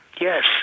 Yes